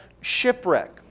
shipwreck